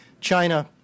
China